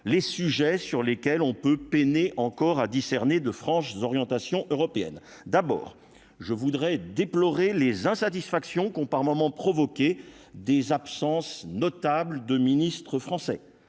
les sujets sur lesquels on peut peiner encore à discerner deux franche d'orientation européenne d'abord je voudrais déploré les insatisfactions con par moment provoquer des absences notables de ministre français,